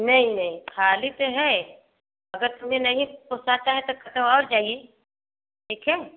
नहीं नहीं खाली तो है अगर तुम्हें नहीं चाहता है तो कतो और जाइए ठीक है